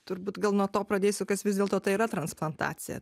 turbūt gal nuo to pradėsiu kas vis dėlto tai yra transplantacija